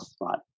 right